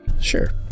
Sure